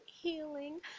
healing